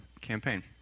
campaign